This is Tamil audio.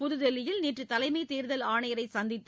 புதுதில்லியில் நேற்றுதலைமைதேர்தல் ஆணையரைசந்தித்து